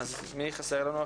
מועצת התלמידים.